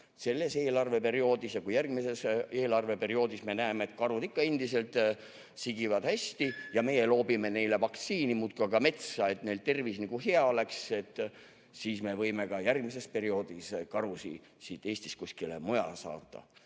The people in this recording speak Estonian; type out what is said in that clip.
selles eelarveperioodis, ja kui järgmises eelarveperioodis me näeme, et karud ikka endiselt sigivad hästi ja meie loobime neile vaktsiini muudkui aga metsa, et neil tervis hea oleks, siis me võime ka järgmises perioodis karusid Eestist kuskile mujale saata.